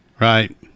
right